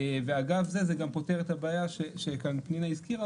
אגב זה, זה גם פותר את הבעיה שפנינה הזכירה